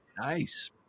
nice